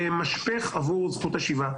למשפך עבור זכות השיבה.